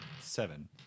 seven